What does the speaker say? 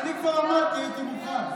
אני כבר עמדתי, הייתי מוכן.